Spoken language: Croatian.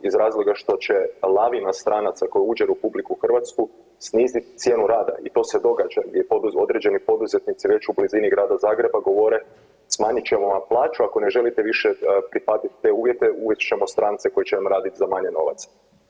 Iz razloga što će lavina stranica koja uđe u RH sniziti cijenu rada i to se događa jer određeni poduzetnici već u blizini Grada Zagreba govore smanjit ćemo vam plaću ako ne želite više prihvatiti te uvjete uvest ćemo strance koji će nam raditi za manje novaca.